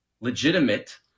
legitimate